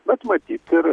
bet matyt ir